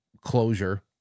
closure